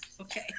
Okay